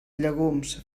llegums